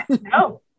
no